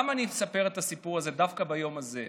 למה אני מספר את הסיפור הזה דווקא ביום הזה?